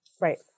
Right